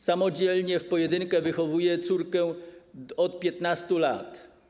Samodzielnie, w pojedynkę wychowuję córkę od 15 lat.